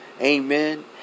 amen